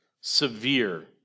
severe